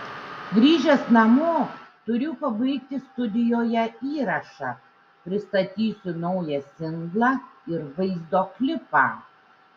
grįžęs namo turiu pabaigti studijoje įrašą pristatysiu naują singlą ir vaizdo klipą